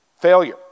Failure